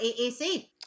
aac